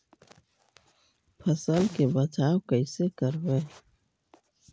फसल के बचाब कैसे करबय?